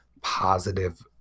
positive